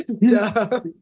duh